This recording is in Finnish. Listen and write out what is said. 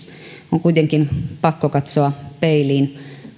on kuitenkin pakko katsoa peiliin